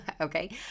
Okay